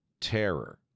terror